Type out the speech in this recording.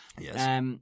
Yes